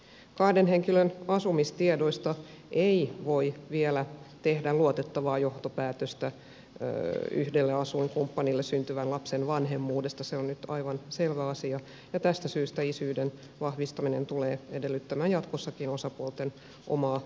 kahden henkilön asumistiedoista ei voi vielä tehdä luotettavaa johtopäätöstä yhdelle asuinkumppanille syntyvän lapsen vanhemmuudesta se on nyt aivan selvä asia ja tästä syystä isyyden vahvistaminen tulee edellyttämään jatkossakin osapuolten omaa aktiivisuutta